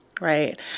right